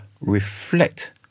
reflect